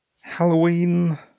Halloween